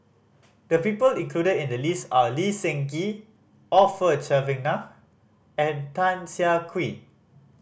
the people included in the list are Lee Seng Gee Orfeur Cavenagh and Tan Siah Kwee